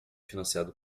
financiado